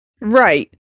Right